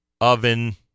oven